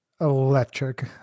Electric